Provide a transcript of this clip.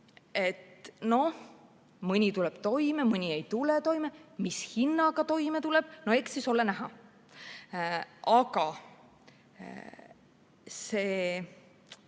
Jah, mõni tuleb toime, mõni ei tule toime, mis hinnaga mõni toime tuleb, eks see ole näha. Aga see